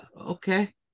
okay